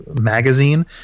magazine